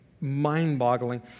mind-boggling